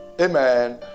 Amen